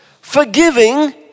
forgiving